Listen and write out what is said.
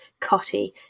Cotty